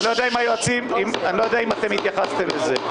אני לא יודע אם היועצים המשפטיים התייחסו לזה.